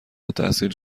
التحصیل